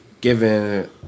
Given